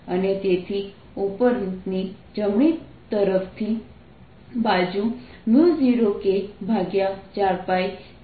અને તેથી ઉપરની જમણી તરફની બાજુ 0k4π ∞dz02πRd R rcosϕ z મળે છે